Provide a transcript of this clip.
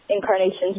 Incarnation's